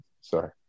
Sorry